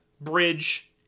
bridge